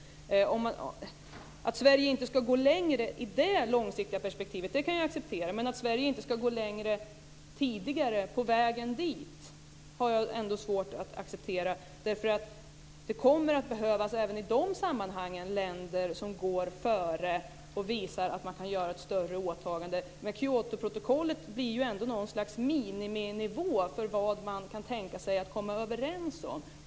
Jag kan acceptera att Sverige inte ska gå längre i det långsiktiga perspektivet, men att Sverige inte ska gå längre på vägen dit har jag svårt att acceptera. Även i de sammanhangen kommer det att behövas länder som går före och visar att det går att göra ett större åtagande. Kyotoprotokollet blir ändå något slags miniminivå för vad man kan tänka sig att komma överens om.